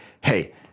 hey